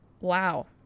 Wow